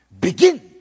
Begin